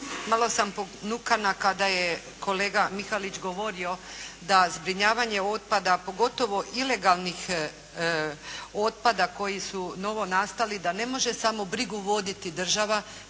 malo sam ponukana kada je kolega Mihalić govorio da zbrinjavanje otpada, pogotovo ilegalnih otpada koji su novonastali, da ne može samo brigu voditi država,